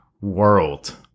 world